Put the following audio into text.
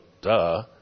duh